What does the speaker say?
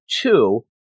two